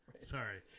sorry